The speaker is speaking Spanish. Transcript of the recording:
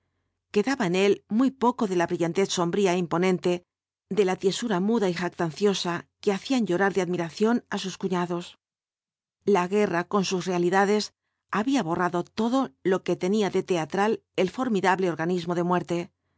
en él muy poco de la brillantez sombría é imponente de la tiesura muda y jactanciosa que hacían llorar de admiración á sus cuñados la guerra con sus realidades había borrado todo lo que tenía de teatral el formidable organismo de muerte